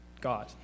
God